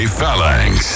Phalanx